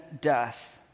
death